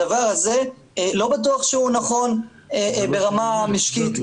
הדבר ה זה לא בטוח שהוא נכון ברמה משקית,